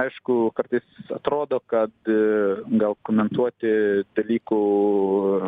aišku kartais atrodo kad gal komentuoti dalykų